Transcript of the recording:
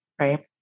Right